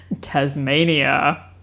Tasmania